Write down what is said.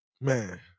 man